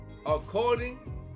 According